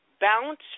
Bounce